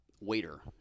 waiter